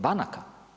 Banaka.